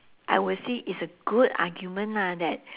I will see is a good argument lah that